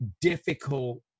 difficult